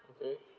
okay